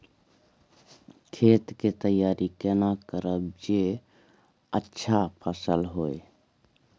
खेत के तैयारी केना करब जे अच्छा फसल होय?